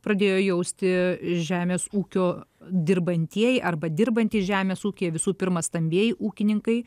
pradėjo jausti žemės ūkio dirbantieji arba dirbantys žemės ūkyje visų pirma stambieji ūkininkai